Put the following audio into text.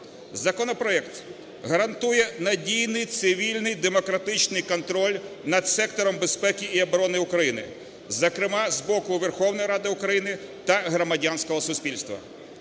Законопроект гарантує надійний, цивільний, демократичний контроль над сектором безпеки і оборони України, зокрема, з боку Верховної Ради України та громадянського суспільства.